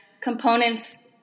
components